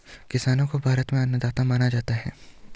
किसान को भारत में अन्नदाता माना जाता है